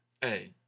Hey